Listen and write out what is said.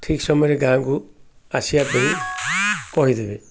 ଠିକ୍ ସମୟରେ ଗାଁକୁ ଆସିବା ପାଇଁ କହିଦେବେ